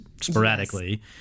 sporadically